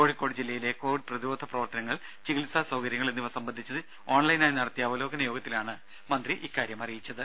കോഴിക്കോട് ജില്ലയിലെ കോവിഡ് പ്രതിരോധ പ്രവർത്തനങ്ങൾ ചികിത്സാ സൌകര്യങ്ങൾ എന്നിവ സംബന്ധിച്ച് ഓൺലൈനായി നടത്തിയ അവലോകന യോഗത്തിലാണ് മന്ത്രി ഇക്കാര്യം അറിയിച്ചത്